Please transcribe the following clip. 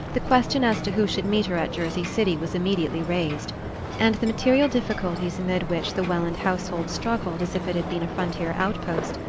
the question as to who should meet her at jersey city was immediately raised and the material difficulties amid which the welland household struggled as if it had been a frontier outpost,